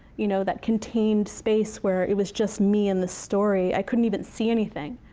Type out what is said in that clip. you know that contained space, where it was just me and the story. i couldn't even see anything.